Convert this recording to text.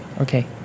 Okay